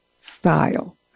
Style